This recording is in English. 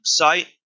website